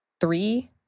three